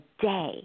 day